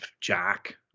Jack